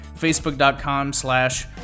Facebook.com/slash